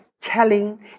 telling